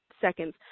seconds